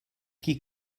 qui